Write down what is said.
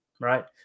right